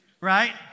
Right